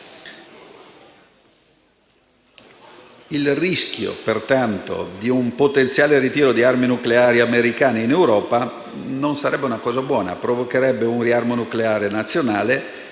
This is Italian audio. Il rischio, pertanto, di un potenziale ritiro di armi nucleari americane in Europa non sarebbe una cosa buona, perché provocherebbe un riarmo nucleare nazionale